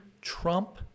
Trump